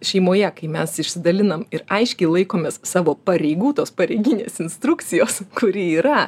šeimoje kai mes išsidalinam ir aiškiai laikomės savo pareigų tos pareiginės instrukcijos kuri yra